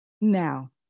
Now